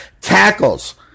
tackles